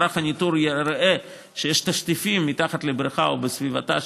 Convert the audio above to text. אם מערך הניטור יראה שיש תשטיפים מתחת לבריכה או בסביבתה,